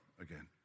again